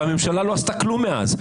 והממשלה לא עשתה כלום מאז.